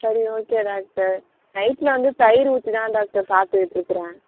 சரி okay doctor நைட்டில் வந்து தயிர் ஊற்றி தான் டாக்டர் சாப்பிட்டுகிட்ருக்கறேன்